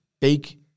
big